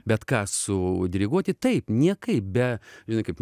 bet ką su diriguoti taip niekaip be žinai kaip